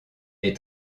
est